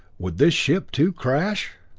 would this ship, too, crash?